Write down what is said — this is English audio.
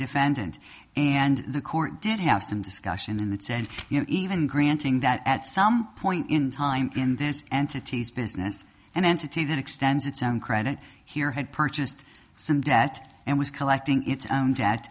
defendant and the court did have some discussion in that sense you know even granting that at some point in time when this entities business an entity that extends its own credit here had purchased some debt and was collecting it